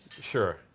Sure